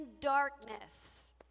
darkness